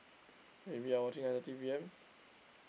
maybe I watching until three P_M